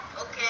Okay